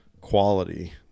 quality